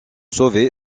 sauver